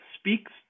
speaks